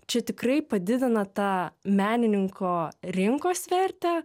čia tikrai padidina tą menininko rinkos vertę